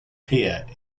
pier